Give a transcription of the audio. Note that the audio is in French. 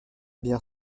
bien